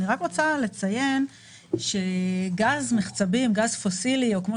אני רק רוצה לציין שגז מחצבים גז פוסילי או כפי